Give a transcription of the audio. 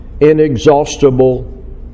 inexhaustible